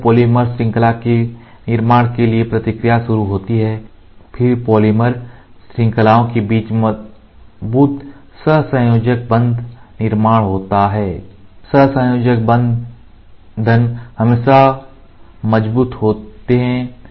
बाद में पॉलीमर श्रृंखला के निर्माण के लिए प्रतिक्रिया शुरू होती है और फिर पॉलीमर श्रृंखलाओं के बीच मजबूत सहसंयोजक बंधन निर्माण होता है सहसंयोजक बंधन हमेशा मजबूत होते हैं